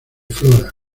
flora